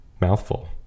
Mouthful